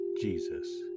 Jesus